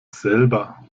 selber